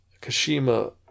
Kashima